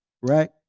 right